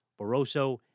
Barroso